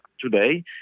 today